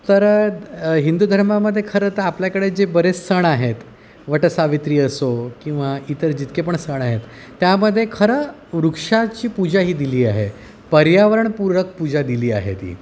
तर हिंदू धर्मामध्ये खरंतर आपल्याकडे जे बरेच सण आहेत वटसावित्री असो किंवा इतर जितके पण सण आहेत त्यामध्ये खरं वृक्षाची पूजा ही दिली आहे पर्यावरणपूरक पूजा दिली आहे ती